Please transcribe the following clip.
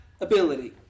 ability